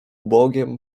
bogiem